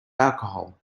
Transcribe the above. alcohol